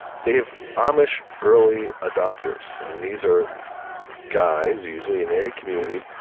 they have amish early adopters. and these are guys, usually, in any community,